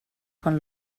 quan